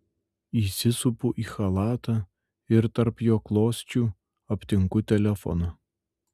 įsisupu į chalatą ir tarp jo klosčių aptinku telefoną